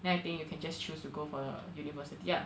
then I think you can just choose to go for university ah